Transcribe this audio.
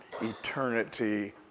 eternity